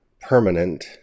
permanent